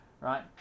right